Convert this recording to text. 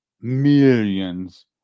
millions